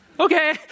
Okay